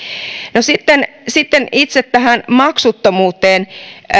no sitten tähän itse maksuttomuuteen